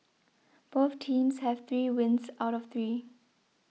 both teams have three wins out of three